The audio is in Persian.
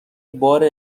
بار